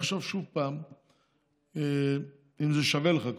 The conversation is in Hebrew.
תחשוב שוב אם זה שווה לך,